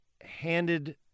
handed